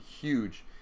huge